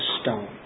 stone